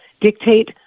dictate